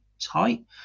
tight